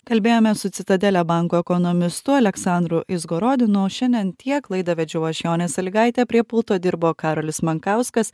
kalbėjome su citadele banko ekonomistu aleksandru izgorodinu o šiandien tiek laidą vedžiau aš jonė salygaitė prie pulto dirbo karolis mankauskas